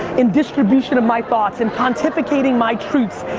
in distribution of my thoughts, in pontificating my truths,